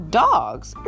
dogs